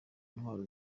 intwaro